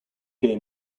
gay